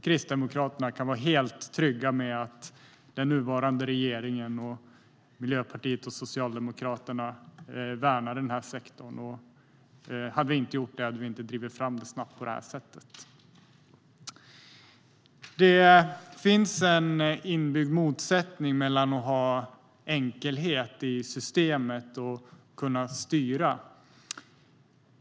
Kristdemokraterna kan vara helt trygga med att den nuvarande regeringen och Miljöpartiet och Socialdemokraterna värnar denna sektor. Hade vi inte gjort det hade vi inte drivit fram detta snabbt på detta sätt. Det finns en inbyggd motsättning mellan att ha enkelhet i systemet och att kunna styra.